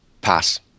Pass